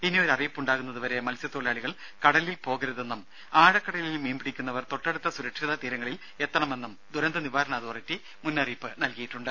ഇനിയൊരറിയിപ്പുണ്ടാകുന്നത് വരെ മൽസ്യത്തൊഴിലാളികൾ കടലിൽ പോകരുതെന്നും ആഴക്കടലിൽ മീൻ പിടിക്കുന്നവർ തൊട്ടടുത്ത സുരക്ഷിത തീരങ്ങളിൽ എത്തണമെന്നും ദുരന്തനിവാരണ അതോറിറ്റി മുന്നറിയിപ്പ് നൽകിയിട്ടുണ്ട്